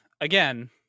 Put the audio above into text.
again